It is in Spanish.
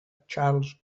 charles